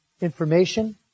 Information